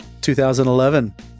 2011